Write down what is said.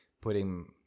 putting